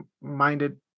minded